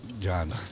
John